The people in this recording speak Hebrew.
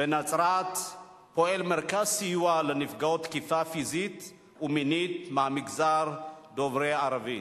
בנצרת פועל מרכז סיוע לנפגעות תקיפה פיזית ומינית מהמגזר דובר הערבית.